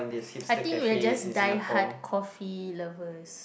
I think we're just die hard coffee lovers